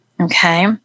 Okay